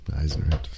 Eisner